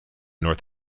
north